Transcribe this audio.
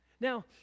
Now